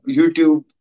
YouTube